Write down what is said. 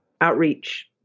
outreach